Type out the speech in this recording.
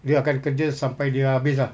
dia akan kerja sampai dia habis ah